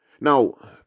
Now